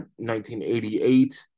1988